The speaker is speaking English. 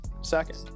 second